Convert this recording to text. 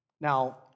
Now